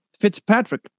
Fitzpatrick